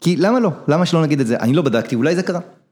כי למה לא? למה שלא נגיד את זה? אני לא בדקתי, אולי זה קרה.